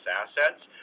assets